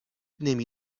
نمی